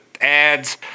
ads